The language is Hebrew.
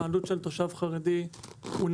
העלות של תושב חרדי נמוכה